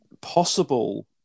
possible